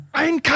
ein